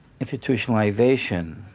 institutionalization